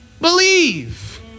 believe